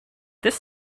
this